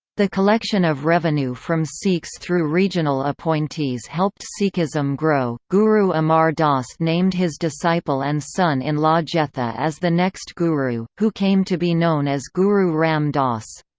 the collection of revenue from sikhs through regional appointees helped sikhism grow guru amar das named his disciple and son-in-law jetha as the next guru, who came to be known as guru ram das.